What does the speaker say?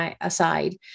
aside